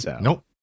Nope